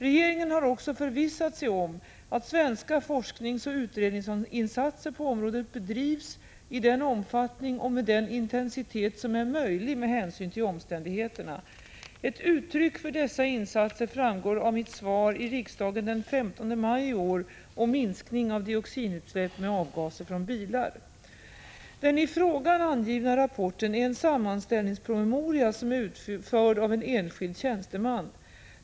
Regeringen har också förvissat sig om att svenska forskningsoch utredningsinsatser på området bedrivs i den omfattning och med den intensitet som är möjlig med hänsyn till omständigheterna. Dessa insatser redovisas i mitt svar i riksdagen den 15 maj i år om minskning av dioxinutsläpp med avgaser från bilar. Den i frågan angivna rapporten är en sammanställningspromemoria som är utförd av en enskild tjänsteman.